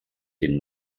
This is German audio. den